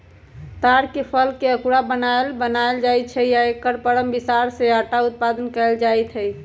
तार के फलके अकूरा बनाएल बनायल जाइ छै आ एकर परम बिसार से अटा उत्पादन कएल जाइत हइ